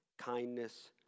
kindness